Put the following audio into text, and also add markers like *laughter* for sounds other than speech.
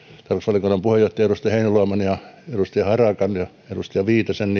tarkastusvaliokunnan puheenjohtajan edustaja heinäluoman edustaja harakan ja edustaja viitasen *unintelligible*